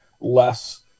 less